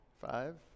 five